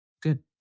Good